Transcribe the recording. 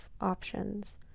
options